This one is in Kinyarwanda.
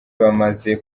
bamaze